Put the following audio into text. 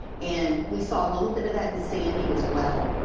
and we saw a little bit of that in sandy as well.